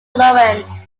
loraine